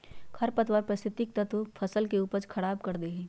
खरपतवार पारिस्थितिक महत्व फसल के उपज खराब कर दे हइ